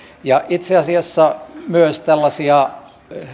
ja itse asiassa myös tällaisia